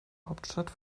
hauptstadt